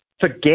forget